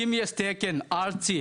אם יש תקן ארצי